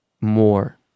more